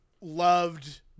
loved